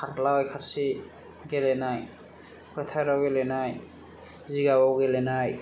खारलाय खारसि गेलेनाय फोथाराव गेलेनाय जिगाबाव गेलेनाय